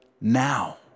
now